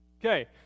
Okay